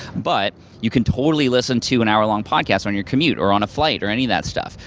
but you can totally listen to an hour long podcast on your commute or on a flight or any of that stuff.